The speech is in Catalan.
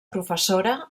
professora